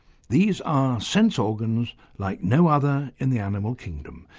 these are sense organs like no other in the animal kingdom.